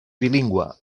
bilingüe